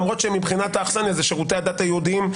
למרות שמבחינת האכסניה זה שירותי הדת היהודיים,